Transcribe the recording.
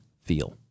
feel